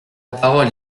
parole